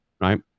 right